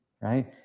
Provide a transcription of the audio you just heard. right